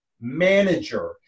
manager